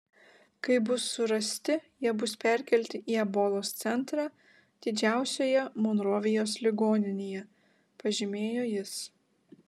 kai bus surasti jie bus perkelti į ebolos centrą didžiausioje monrovijos ligoninėje pažymėjo jis